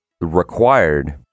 required